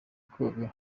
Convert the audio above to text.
koga